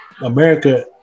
America